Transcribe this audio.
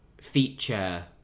feature